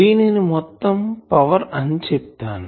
దీనిని మొత్తం పవర్ అని చెప్తాను